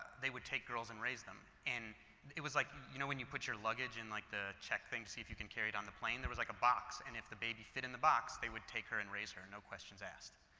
they would take girls and raise them. and it was like, you know when you put your luggage in like the check thing to see if you can carry it on the plane? there was like a box and if the baby fit in the box, they would take her and raise her, questions asked.